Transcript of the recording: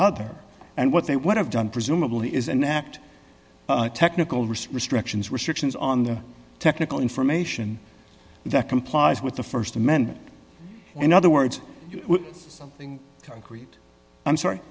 other and what they would have done presumably is an act technical risk restrictions restrictions on the technical information that complies with the st amendment in other words something concrete i'm sorry